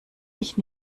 ich